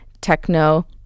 techno